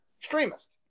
Extremist